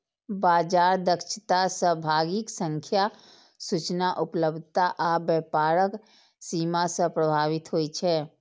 बाजार दक्षता सहभागीक संख्या, सूचना उपलब्धता आ व्यापारक सीमा सं प्रभावित होइ छै